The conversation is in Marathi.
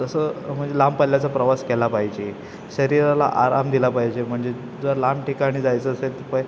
तसं म्हणजे लांब पल्ल्याचा प्रवास केला पाहिजे शरीराला आराम दिला पाहिजे म्हणजे जर लांब ठिकाणी जायचं असेल तर पण